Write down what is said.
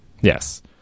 Yes